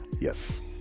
Yes